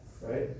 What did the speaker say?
Right